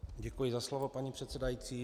Děkuji za slovo, paní předsedající.